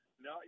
No